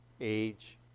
age